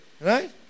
Right